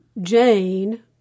Jane